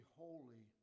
holy